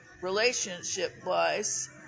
relationship-wise